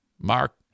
Mark